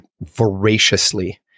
voraciously